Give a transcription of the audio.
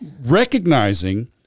Recognizing